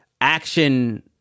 Action